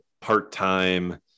part-time